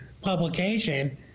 publication